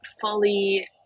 fully